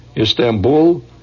Istanbul